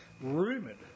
Rumoured